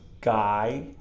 guy